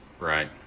right